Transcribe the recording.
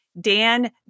Dan